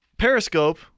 Periscope